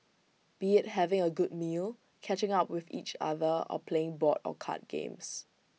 be IT having A good meal catching up with each other or playing board or card games